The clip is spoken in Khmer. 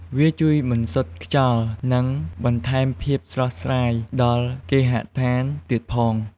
វាជួយបន្សុទ្ធខ្យល់ និងបន្ថែមភាពស្រស់ស្រាយដល់គេហដ្ឋានទៀតផង។